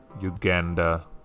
Uganda